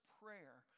prayer